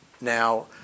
now